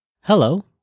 Hello